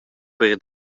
per